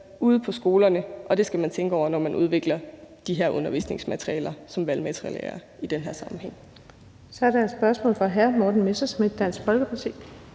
ude på skolerne, og at det skal man tænke over, når man udvikler de her undervisningsmaterialer, som valgmaterialet er i den her sammenhæng. Kl. 10:56 Den fg. formand (Birgitte Vind): Så er der et spørgsmål fra hr. Morten Messerschmidt, Dansk Folkeparti.